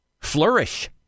flourish